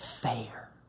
fair